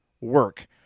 work